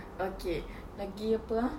okay lagi apa ah